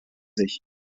sich